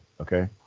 Okay